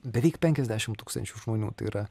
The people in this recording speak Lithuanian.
beveik penkiasdešim tūkstančių žmonių tai yra